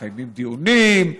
מקיימים דיונים,